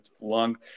long